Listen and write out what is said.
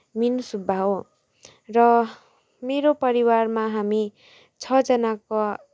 मिनु सुब्बा हो र मेरो परिवारमा हामी छजनाको